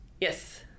Yes